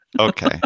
Okay